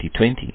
2020